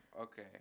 okay